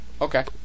Okay